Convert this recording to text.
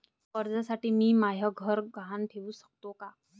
कर्जसाठी मी म्हाय घर गहान ठेवू सकतो का